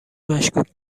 مشکوک